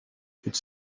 could